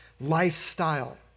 lifestyle